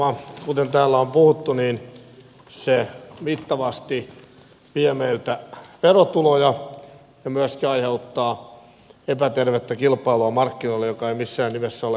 kuten täällä on puhuttu se mittavasti vie meiltä verotuloja ja myöskin aiheuttaa epätervettä kilpailua markkinoilla mikä ei missään nimessä ole hyväksyttävää